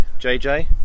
JJ